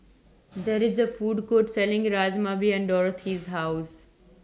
There IS A Food Court Selling Rajma behind Dorothy's House